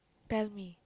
tell me